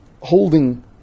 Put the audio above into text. holding